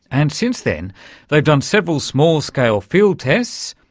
and since then they've done several small-scale field tests,